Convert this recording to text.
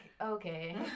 okay